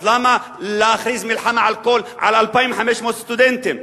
אז למה להכריז מלחמה על כל 2,500 הסטודנטים?